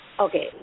Okay